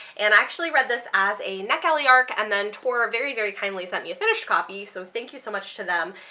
and i actually read this as a netgalley arc and then tor very very kindly sent me a finished copy, so thank you so much to them.